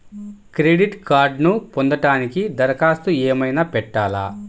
Credit కార్డ్ను పొందటానికి దరఖాస్తు ఏమయినా పెట్టాలా?